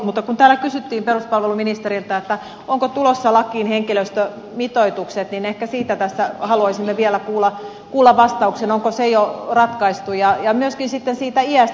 mutta kun täällä kysyttiin peruspalveluministeriltä onko tulossa lakiin henkilöstömitoitukset niin ehkä siitä tässä haluaisimme vielä kuulla vastauksen onko se jo ratkaistu ja myöskin sitten siitä iästä